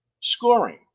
scoring